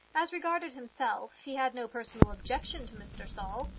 as regarded himself he had no personal objection to mr. saul,